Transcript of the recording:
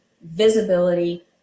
visibility